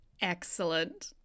Excellent